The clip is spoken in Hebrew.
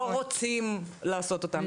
לא רוצים לעשות אותם?